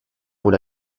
rôle